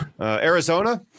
Arizona